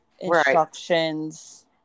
Instructions